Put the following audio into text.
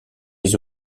les